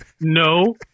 No